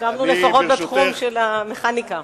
החכמנו לפחות בתחום של המכניקה.